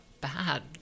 bad